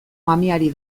mamiari